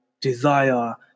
desire